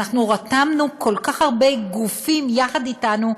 ואנחנו רתמנו כל כך הרבה גופים יחד אתנו,